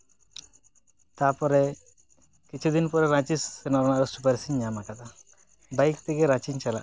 ᱛᱟᱯᱚᱨᱮ ᱠᱤᱪᱷᱩ ᱫᱤᱱ ᱯᱚᱨᱮ ᱨᱟᱺᱪᱤ ᱥᱮᱱᱚᱜ ᱨᱮᱱᱟᱜ ᱥᱩᱯᱟᱨᱤᱥᱤᱧ ᱧᱟᱢᱟᱠᱟᱫᱟ ᱵᱟᱭᱤᱠ ᱛᱮᱜᱮ ᱨᱟ ᱪᱤᱧ ᱪᱟᱞᱟᱜᱼᱟ